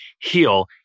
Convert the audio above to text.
heal